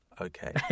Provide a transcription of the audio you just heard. Okay